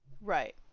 Right